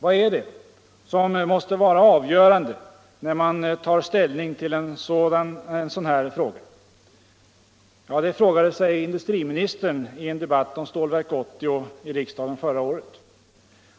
Vad är det som måste vara avgörande när man tar ställning till en sådan här fråga? frågade sig industriministern i en debatt om Stålverk 80 i riksdagen förra året.